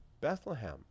Bethlehem